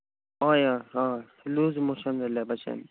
हय हय loose motion जाल्ल्या भशेन